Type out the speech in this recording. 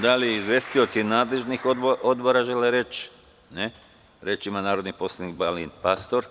Da li izvestioci nadležnih odbora žele reč? (Ne) Reč ima narodni poslanik Balint Pastor.